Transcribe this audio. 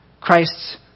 Christ's